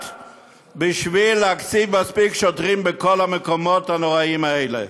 בשביל להציב מספיק שוטרים בכל המקומות הנוראיים האלה.